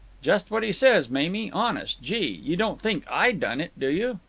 just what he says, mamie, honest. gee! you don't think i done it, do you?